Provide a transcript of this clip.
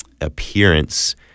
appearance